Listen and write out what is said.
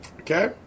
Okay